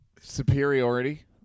Superiority